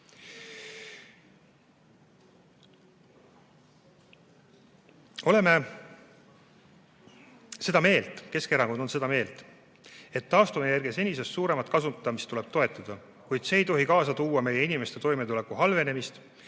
Oleme seda meelt, Keskerakond on seda meelt, et taastuvenergia senisest suuremat kasutamist tuleb toetada, kuid see ei tohi kaasa tuua meie inimeste toimetuleku halvenemist